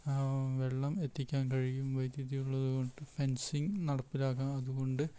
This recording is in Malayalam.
വെള്ളം എത്തിക്കാൻ കഴിയും വൈദ്യുതി ഉള്ളത് കൊണ്ട് ഫെൻസിങ്ങ് നടപ്പിലാക്കാം അതുകൊണ്ട്